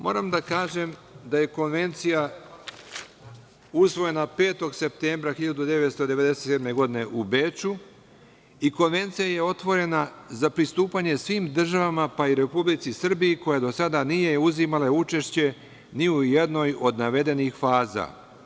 Moram da kažem da je Konvencija usvojena 5. septembra 1997. godine u Beču, i Konvencija je otvorena za pristupanje svim državama, pa i Republici Srbiji, koja do sada nije uzimala učešće ni u jednoj od navedenih faza.